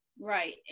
right